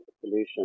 solution